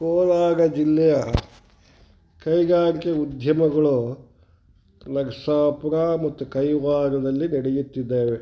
ಕೋಲಾರ ಜಿಲ್ಲೆಯ ಕೈಗಾರಿಕೆ ಉದ್ಯಮಗಳು ನರಸಾಪುರ ಮತ್ತು ಕೈವಾರದಲ್ಲಿ ನಡೆಯುತ್ತಿದ್ದೇವೆ